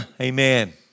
amen